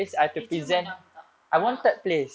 did you menang tak menang ah